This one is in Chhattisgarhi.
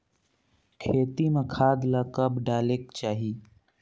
खेती म खाद ला कब डालेक चाही?